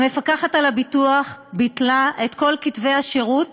המפקחת על הביטוח ביטלה את כל כתבי השירות